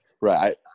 Right